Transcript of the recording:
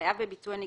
חייב בביצוע נגישות,